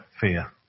fear